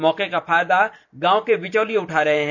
मौके का पूरा फायदा गांव के बिचौलिए उठा रहे हैं